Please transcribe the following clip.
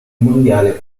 mondiale